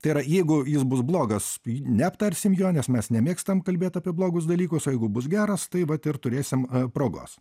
tai yra jeigu jis bus blogas neaptarsim jo nes mes nemėgstam kalbėt apie blogus dalykus o jeigu bus geras tai vat ir turėsim progos